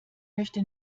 möchte